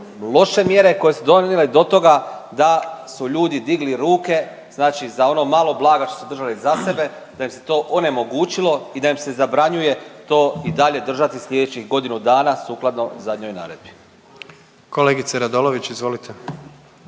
loše mjere koje su dovele do toga da su ljudi digli ruke, znači za ono malo blaga što su držali za sebe, da im se to onemogućilo i da im se zabranjuje to i dalje držati sljedećih godinu dana sukladno zadnjoj naredbi. **Jandroković, Gordan